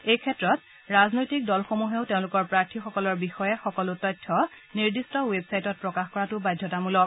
এই ক্ষেত্ৰত ৰাজনৈতিক দলসমূহেও তেওঁলোকৰ প্ৰাৰ্থীসকলৰ বিষয়ে সকলো তথ্য নিৰ্দিষ্ট ৱেবচাইটত প্ৰকাশ কৰাটো বাধ্যতামূলক